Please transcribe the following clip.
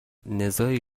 نزاعی